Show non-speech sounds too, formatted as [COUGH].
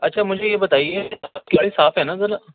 اچھا مجھے یہ بتائیے کہ گاڑی صاف ہے نا [UNINTELLIGIBLE]